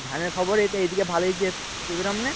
ধানের খবর এই তো এই দিকে ভালো এই যে তোদের অমনে